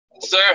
Sir